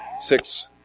six